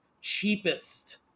cheapest